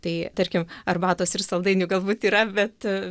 tai tarkim arbatos ir saldainių galbūt yra bet